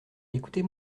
écoutez